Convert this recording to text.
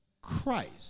Christ